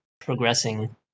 progressing